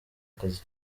akazi